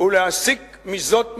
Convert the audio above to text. ולהסיק מזאת מסקנות,